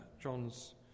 John's